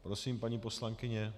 Prosím paní poslankyně.